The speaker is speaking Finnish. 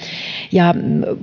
ja